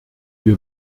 wir